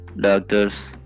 doctors